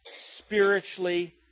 spiritually